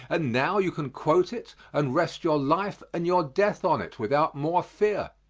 and now you can quote it and rest your life and your death on it without more fear.